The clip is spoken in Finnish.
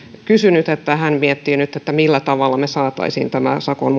sanonut että hän miettii nyt millä tavalla me saisimme tämän sakon